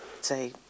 Say